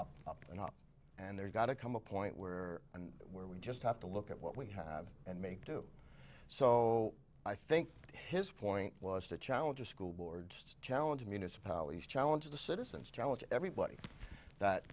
up up and up and there's got to come a point where and where we just have to look at what we have and make do so i think his point was to challenge a school board challenge municipalities challenge the citizens challenge everybody that